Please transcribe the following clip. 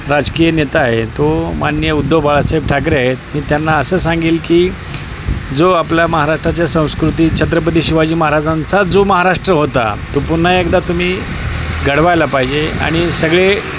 राजकीय नेता आहे तो माननीय उद्धव बाळासाहेब ठाकरे आहेत मी त्यांना असं सांगेल की जो आपल्या महाराष्ट्राच्या संस्कृतीत छत्रपती शिवाजी महाराजांचा जो महाराष्ट्र होता तो पुन्हा एकदा तुम्ही घडवायला पाहिजे आणि सगळे